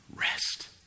rest